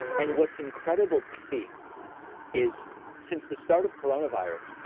and what's incredible to see is since the start of coronavirus,